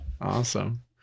Awesome